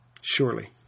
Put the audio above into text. Surely